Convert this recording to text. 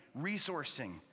resourcing